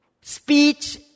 speech